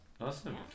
awesome